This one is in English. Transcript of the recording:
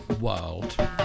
world